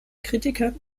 kritikern